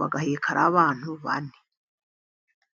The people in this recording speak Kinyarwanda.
bagateka ari abantu bane.